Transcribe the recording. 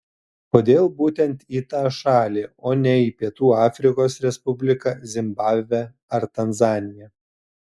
kodėl būtent į tą šalį o ne į pietų afrikos respubliką zimbabvę ar tanzaniją